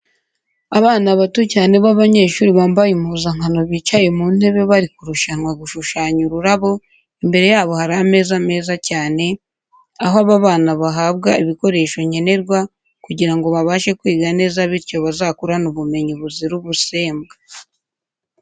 Abana bato cyane b'abanyeshuri bambaye impuzankano bicaye mu ntebe bari kurushanwa gushushanya ururabo, imbere yabo hari ameza meza cyane, aho aba bana bahabwa ibikoresho nkenerwa kugira ngo babashe kwiga neza bityo bazakurane ubumenyi buzira ubusembwa.